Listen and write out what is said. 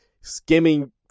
skimming